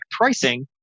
pricing